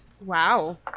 wow